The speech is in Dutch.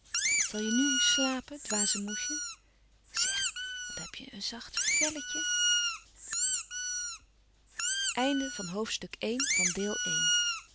zal je nu slapen dwaze moesje zeg wat heb je een zachte vèlletje